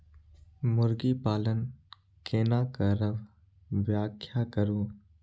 मुर्गी पालन केना करब व्याख्या करु?